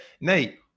Nate